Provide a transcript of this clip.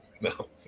no